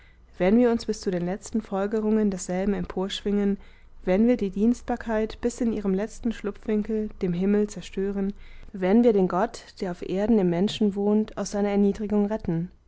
wenn wir uns bis zu den letzten folgerungen desselben emporschwingen wenn wir die dienstbarkeit bis in ihrem letzten schlupfwinkel dem himmel zerstören wenn wir den gott der auf erden im menschen wohnt aus seiner erniedrigung retten